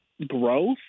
growth